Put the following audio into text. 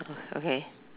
okay